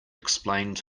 explained